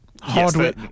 Hardware